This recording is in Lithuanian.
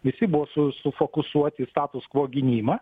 visi buvo su sufokusuoti į status kvo ginimą